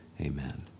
amen